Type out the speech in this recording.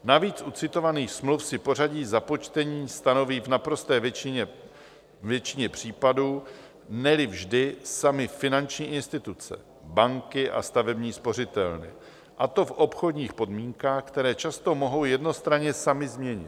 Navíc u citovaných smluv si pořadí započtení stanoví v naprosté většině případů, neli vždy, samy finanční instituce banky a stavební spořitelny a to v obchodních podmínkách, které často mohou jednostranně samy změnit.